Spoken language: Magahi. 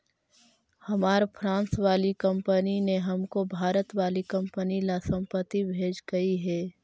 हमार फ्रांस वाली कंपनी ने हमको भारत वाली कंपनी ला संपत्ति भेजकई हे